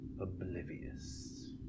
oblivious